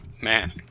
Man